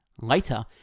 Later